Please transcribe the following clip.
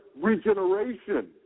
regeneration